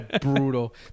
brutal